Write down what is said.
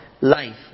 life